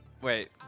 Wait